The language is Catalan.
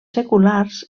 seculars